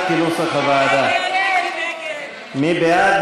מי בעד?